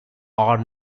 are